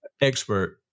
expert